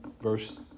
Verse